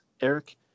Eric